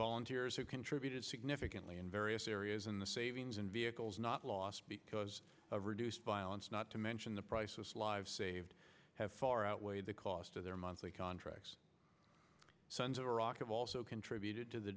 volunteers who contributed significantly in various areas in the savings and vehicles not lost because of reduced violence not to mention the priceless lives saved have far outweighed the cost of their monthly contracts sons of iraq have also contributed to the